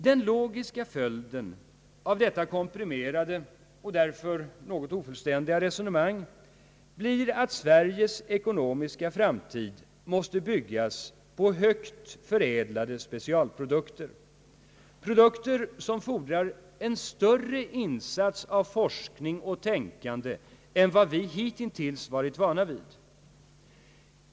Den logiska följden av detta komprimerade och därför något ofullständiga resonemang blir att Sveriges ekonomiska framtid måste byggas på högt förädlade specialprodukter, produkter som fordrar en större insats av forskning och tänkande än vad vi hitintills varit vana vid.